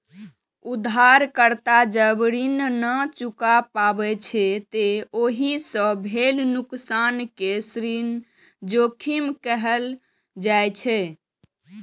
उधारकर्ता जब ऋण नै चुका पाबै छै, ते ओइ सं भेल नुकसान कें ऋण जोखिम कहल जाइ छै